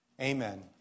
Amen